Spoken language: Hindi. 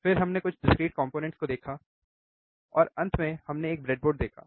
फिर हमने कुछ डिस्क्रीट कॉम्पोनेंट को देखा और अंत में हमने एक ब्रेडबोर्ड देखा